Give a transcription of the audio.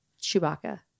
Chewbacca